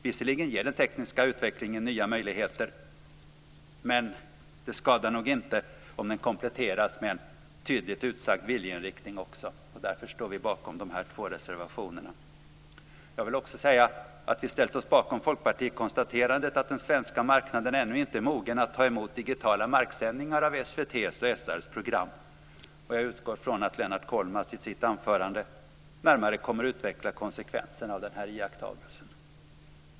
Visserligen ger den tekniska utvecklingen nya möjligheter, men det skadar nog inte om den kompletteras med en tydligt utsagd viljeinriktning också. Därför står vi bakom dessa två reservationer. Jag vill också säga att vi ställt oss bakom folkpartikonstaterandet att den svenska marknaden ännu inte är mogen att ta emot digitala marksändningar av SVT:s och SR:s program. Jag utgår från att Lennart Kollmats i sitt anförande närmare kommer att utveckla konsekvenserna av denna iakttagelse.